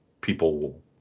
people